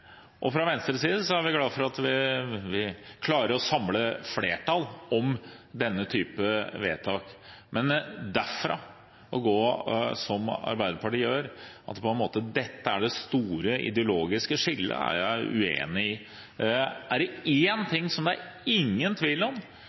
Fra Venstres side er vi glad for at vi klarer å samle et flertall om denne typen vedtak, men å gå derfra, som Arbeiderpartiet gjør, til at dette er det store ideologiske skillet, er jeg uenig i. Én ting det ikke er noen tvil om, er at det er